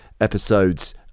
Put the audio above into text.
episodes